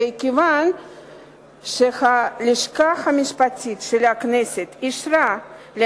וכיוון שהלשכה המשפטית של הכנסת אישרה לי